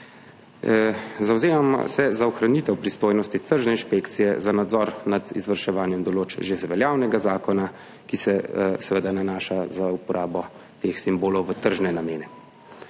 Zavzemamo se za ohranitev pristojnosti tržne inšpekcije za nadzor nad izvrševanjem določb iz že veljavnega zakona, ki se seveda nanaša na uporabo teh simbolov v tržne namene.